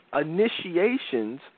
initiations